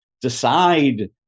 Decide